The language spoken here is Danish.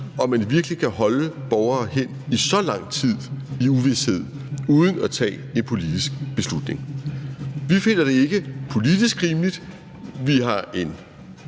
om man virkelig kan holde borgere hen i så lang tid i uvished uden at tage en politisk beslutning. Vi finder det ikke politisk rimeligt. Vi har en